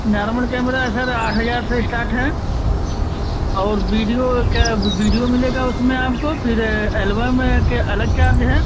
normal camera sir आठ हज़ार से इस्टाट है और वीडियो क्या वीडियो मिलेगा उसमें आपको फ़िर एलबम के अलग चार्ज हैं